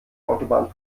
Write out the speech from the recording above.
autobahn